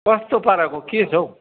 कस्तो पाराको के छ हौ